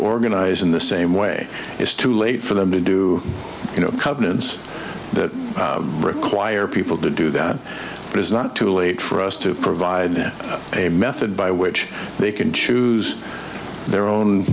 organize in the same way it's too late for them to do you know covenants that require people to do that but it's not too late for us to provide a method by which they can choose their own